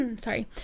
sorry